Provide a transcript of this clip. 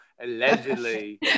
allegedly